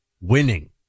winning